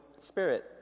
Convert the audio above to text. Spirit